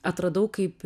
atradau kaip